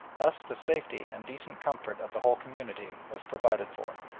thus the safety and decent comfort of the whole community was provided for.